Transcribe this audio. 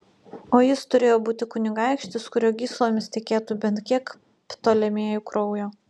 o jis turėjo būti kunigaikštis kurio gyslomis tekėtų bent kiek ptolemėjų kraujo